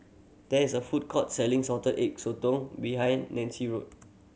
there is a food court selling Salted Egg Sotong behind Nancie Road